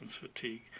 fatigue